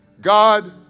God